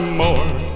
more